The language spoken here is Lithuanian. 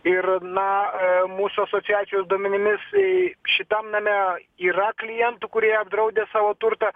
ir na mūsų asociacijos duomenimis šitam name yra klientų kurie apdraudę savo turtą